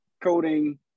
coding